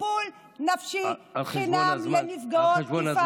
טיפול נפשי חינם לנפגעות תקיפה מינית.